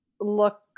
look